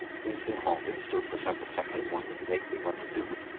winston halted, stood for several seconds wondering vaguely what to do,